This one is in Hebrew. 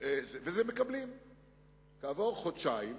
כעבור חודשיים,